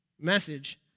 message